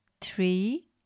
three